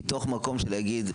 מתוך מקום של להגיד,